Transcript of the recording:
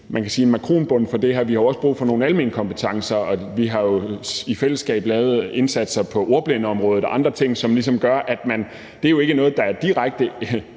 en makronbund for det her; vi har også brug for nogle almene kompetencer. Vi har jo i fællesskab lavet indsatser på ordblindeområdet og andre ting. Det er jo ikke noget, der er direkte